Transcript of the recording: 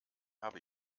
habe